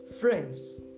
Friends